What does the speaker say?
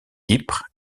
ypres